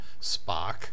Spock